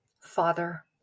Father